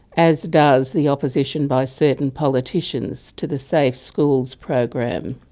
as does the opposition by certain politicians to the safe schools program.